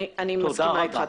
אני מסכימה איתך.